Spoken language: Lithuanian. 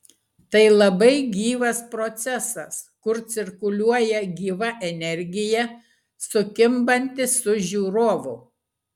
tai labai gyvas procesas kur cirkuliuoja gyva energija sukimbanti su žiūrovu